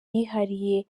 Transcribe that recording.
yihariye